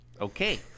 Okay